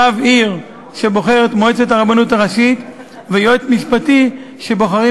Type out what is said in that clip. רב עיר שבוחרת מועצת הרבנות הראשית ויועץ משפטי שבוחרים